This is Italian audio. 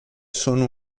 sono